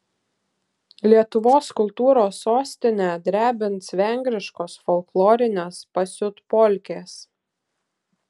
lietuvos kultūros sostinę drebins vengriškos folklorinės pasiutpolkės